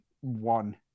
one